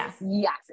yes